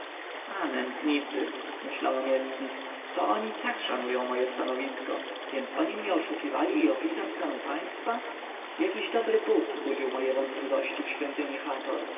nędznicy myślał namiestnik to oni tak szanują moje stanowisko więc oni mnie oszukiwali i opisem stanu państwa jakiś dobry bóg budził moje wątpliwości w świątyni